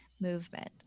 movement